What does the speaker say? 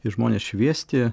ir žmones šviesti